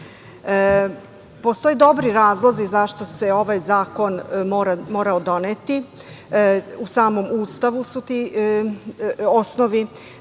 dobara. Postoje dobri razlozi zašto se ovaj zakon morao doneti. U samom Ustavu su ti osnovi,